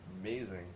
amazing